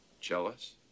Jealous